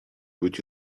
would